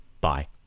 Bye